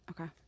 Okay